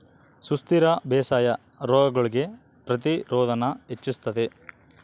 ಸುಸ್ಥಿರ ಬೇಸಾಯಾ ರೋಗಗುಳ್ಗೆ ಪ್ರತಿರೋಧಾನ ಹೆಚ್ಚಿಸ್ತತೆ